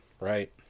right